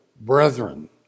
brethren